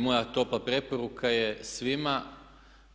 Moja topla preporuka je svima